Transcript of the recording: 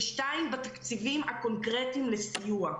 ושנית, בתקציבים הקונקרטיים לסיוע.